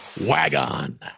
WagOn